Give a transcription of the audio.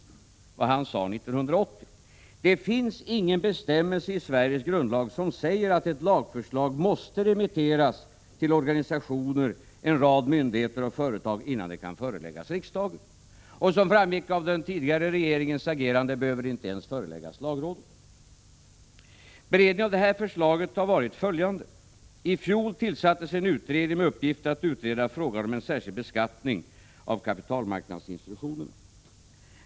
Han sade 1980 att det inte finns någon bestämmelse i Sveriges grundlag som säger att lagförslag måste remitteras till organisationer, en rad myndigheter och företag, innan det kan föreläggas riksdagen. Och som framgick av den tidigare regeringens agerande behöver det inte ens föreläggas lagrådet. Beredningen av det aktuella förslaget har varit följande. I fjol tillsattes en utredning med uppgift att utreda frågan om en särskild beskattning av kapitalmarknadsinstitutionerna.